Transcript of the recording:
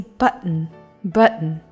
button，button